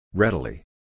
Readily